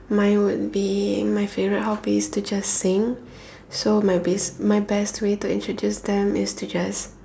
mine would be my favorite hobby is to just sing so my bass my best way to be introduce them is to just